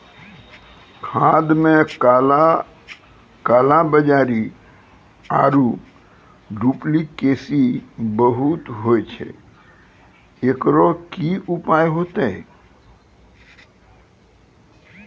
खाद मे काला कालाबाजारी आरु डुप्लीकेसी बहुत होय छैय, एकरो की उपाय होते?